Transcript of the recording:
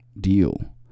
deal